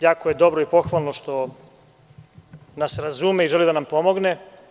Jako je dobro i pohvalno što nas razume i želi da nam pomogne.